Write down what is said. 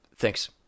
thanks